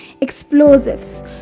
explosives